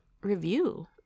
review